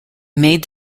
made